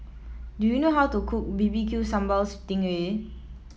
do you know how to cook bbq Sambal Sting Ray